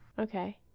Okay